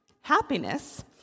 Happiness